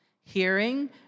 hearing